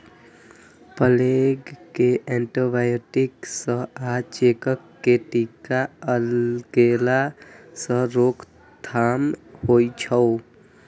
plague कें antibiotic सं आ चेचक कें टीका लगेला सं रोकथाम होइ छै